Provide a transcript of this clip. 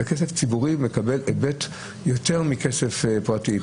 וכסף ציבורי מקבל היבט יותר מכסף פרטי.